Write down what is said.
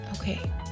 okay